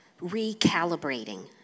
recalibrating